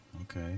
Okay